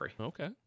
Okay